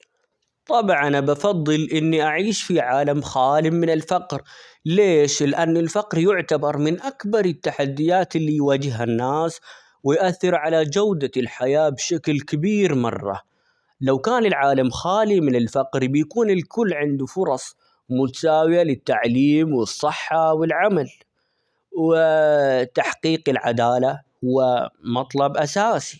طبعًا بفضل إني أعيش في عالم خالي من الفقر ليش؟ لأن الفقر يعتبر من أكبر التحديات اللي يواجهها الناس ويؤثر على جودة الحياة بشكل كبير مرة لو كان العالم خالي من الفقر بيكون الكل عنده فرص متساوية للتعليم والصحة والعمل و تحقيق العدالة هو مطلب أساسي.